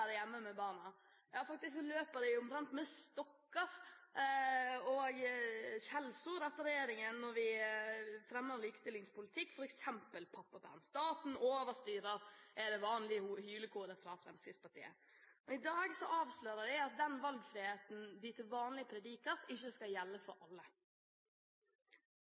hjemme med barna. Ja, faktisk løper de omtrent med stokker og skjellsord etter regjeringen når den fremmer likestillingspolitikk, f.eks. pappaperm: Staten overstyrer, lyder det vanlige hylekoret fra Fremskrittspartiet. I dag avslører de at den valgfriheten de til vanlige prediker, ikke skal gjelde for alle.